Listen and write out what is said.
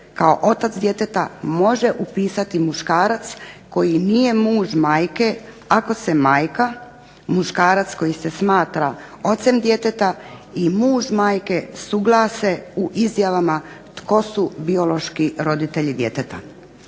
kao otac djeteta može upisati muškarac koji nije muž majke, ako se majka, muškarac koji se smatra ocem djeteta i muž majke suglase u izjavama tko su biološki roditelji djeteta.